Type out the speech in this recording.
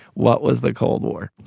what was the cold war?